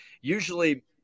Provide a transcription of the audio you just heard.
usually